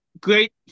great